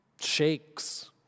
shakes